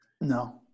No